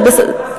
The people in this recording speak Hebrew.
זה בסדר.